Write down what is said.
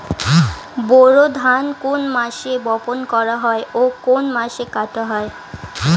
বোরো ধান কোন মাসে বপন করা হয় ও কোন মাসে কাটা হয়?